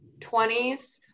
20s